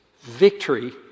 victory